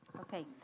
Okay